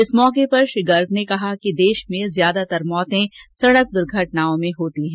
इस मौके पर श्री गर्ग ने कहा कि देश में ज्यादातर मौतें सडक दर्घटनाओं में होती हैं